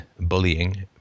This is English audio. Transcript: bullying